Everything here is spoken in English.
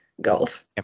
goals